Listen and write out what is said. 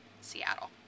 Seattle